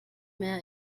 mehr